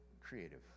creative